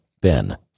Ben